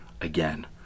again